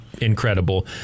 incredible